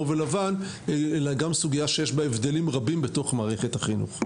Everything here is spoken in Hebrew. ולבן אלא גם סוגיה שיש בה הבדלים רבים בתוך מערכת החינוך.